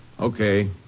Okay